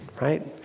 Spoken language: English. right